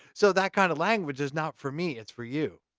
so that kind of language is not for me. it's for you.